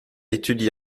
étudie